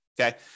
Okay